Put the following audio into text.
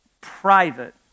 private